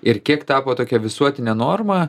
ir kiek tapo tokia visuotine norma